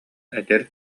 эдэр